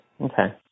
Okay